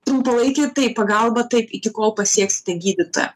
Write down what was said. trumpalaikė taip pagalba taip iki kol pasieksite gydytoją